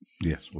Yes